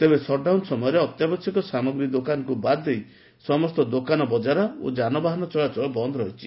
ତେବେ ସଟ୍ଡାଉନ ସମୟରେ ଅତ୍ୟାବଶ୍ୟକ ସାମଗ୍ରୀ ଦୋକାନକୁ ବାଦ୍ ଦେଇ ସମସ୍ତ ଦୋକାନବଜାର ଓ ଯାନବାହନ ଚଳାଚଳ ବନ୍ଦ ରହିଛି